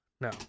No